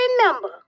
remember